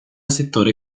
settore